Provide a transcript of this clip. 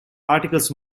articles